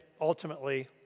ultimately